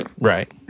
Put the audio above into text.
Right